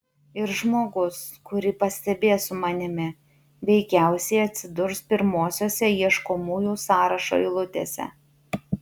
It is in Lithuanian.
ir žmogus kurį pastebės su manimi veikiausiai atsidurs pirmosiose ieškomųjų sąrašo eilutėse